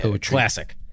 Classic